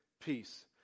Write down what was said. peace